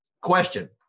Question